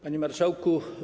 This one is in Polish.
Panie Marszałku!